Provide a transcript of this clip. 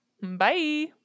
Bye